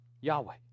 Yahweh